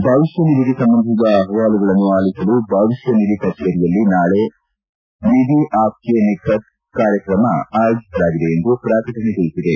ಭವಿಷ್ಠ ನಿಧಿಗೆ ಸಂಬಂಧಿಸಿದ ಅಪವಾಲುಗಳನ್ನು ಆಲಿಸಲು ಭವಿಷ್ಠ ನಿಧಿ ಕಛೇರಿಯಲ್ಲಿ ನಾಳೆ ನಿಧಿ ಆಷ್ಠೆ ನಿಖತ್ ಕಾರ್ಯಕ್ರಮ ಆಯೋಜಿಸಲಾಗಿದೆ ಎಂದು ಪ್ರಕಟಣೆ ತಿಳಿಸಿದೆ